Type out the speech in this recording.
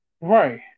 right